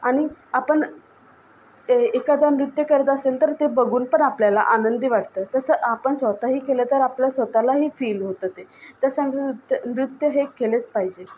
आणि आपण ए एखादं नृत्य करत असेल तर ते बघून पण आपल्याला आनंदी वाटतं तसं आपण स्वतःही केलं तर आपल्या स्वतःलाही फील होतं ते तसं नृत्य नृत्य हे केलंच पाहिजे